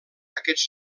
aquest